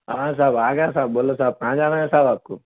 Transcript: ہاں صاحب آ گیا صاحب بولو تو صاحب کہاں جانا ہے صاحب آپ کو